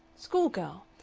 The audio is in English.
schoolgirl.